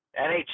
NHL